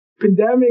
pandemic